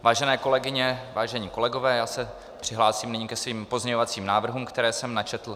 Vážené kolegyně, vážení kolegové, já se přihlásím nyní ke svým pozměňovacím návrhům, které jsem načetl.